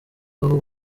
aho